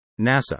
NASA